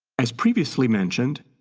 as previously mentioned,